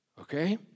okay